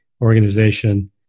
organization